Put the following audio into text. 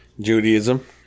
Judaism